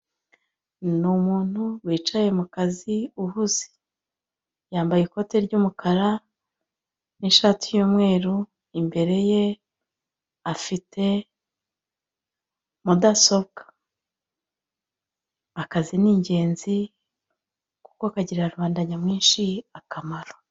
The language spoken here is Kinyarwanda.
ni umuntu wicaye mu kazi uhuze, yambaye ikote ry'umukara ni'shati y'umweru, imbere ye afite mudasobwa, akazi ni ingenzi kuko kagirira rubanda nyamwinshi akamaro.